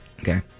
Okay